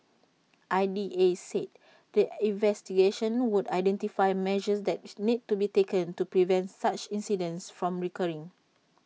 I D A said the investigations would identify measures that is need to be taken to prevent such incidents from recurring